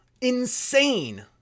Insane